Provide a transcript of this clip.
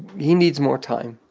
he needs more time.